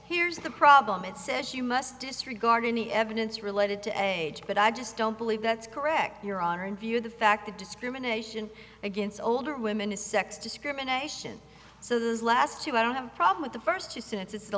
here's the problem it says you must disregard any evidence related to age but i just don't believe that's correct your honor in view of the fact that discrimination against older women is sex discrimination so this last two i don't have a problem with the first two sentences